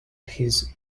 his